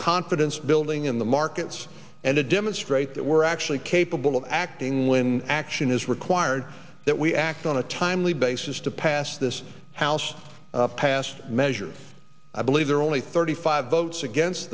confidence building in the markets and to demonstrate that we're actually capable of acting when action is required that we act on a timely basis to pass this house passed measures i believe there are only thirty five votes against